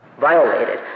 violated